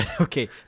okay